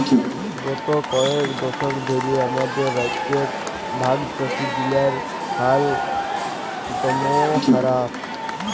গত কয়েক দশক ধ্যরে আমাদের রাজ্যে ভাগচাষীগিলার হাল দম্যে খারাপ